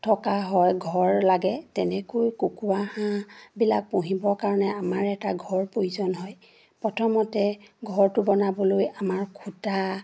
থকা হয় ঘৰ লাগে তেনেকৈ কুকুৰা হাঁহবিলাক পুহিবৰ কাৰণে আমাৰ এটা ঘৰ প্ৰয়োজন হয় প্ৰথমতে ঘৰটো বনাবলৈ আমাৰ খুটা